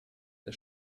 der